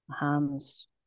hands